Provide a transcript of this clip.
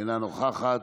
אינה נוכחת,